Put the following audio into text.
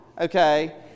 Okay